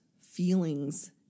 feelings